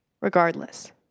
Regardless